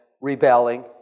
rebelling